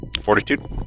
Fortitude